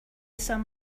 some